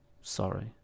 Sorry